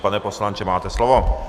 Pane poslanče, máte slovo.